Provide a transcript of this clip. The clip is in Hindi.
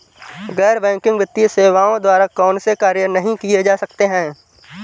गैर बैंकिंग वित्तीय सेवाओं द्वारा कौनसे कार्य नहीं किए जा सकते हैं?